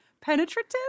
penetrative